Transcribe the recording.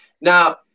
Now